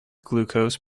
glucose